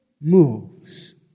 moves